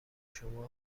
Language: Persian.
شما